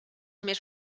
més